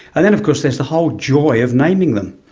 ah then of course there's the whole joy of naming them.